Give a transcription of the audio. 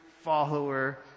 follower